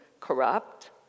corrupt